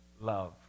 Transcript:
love